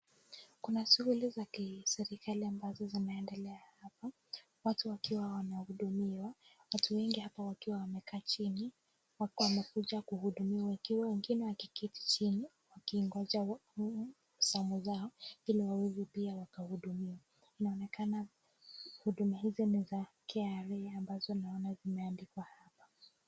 Kuna shughuli za serikali ambazo zinaendelea hapa watu wakuhudumiwa. Watu wengi hapa wakiwa wamekaa jini. Watu wamekuja kuhudumiwa wakiwa wengine wakiketi jini wakingoja samu zao ili waweze pia wakahudumiwa. Inaonekana huduma hizi ni za KRA ambazo naona zimeandikwa hapa.